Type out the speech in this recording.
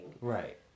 Right